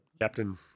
Captain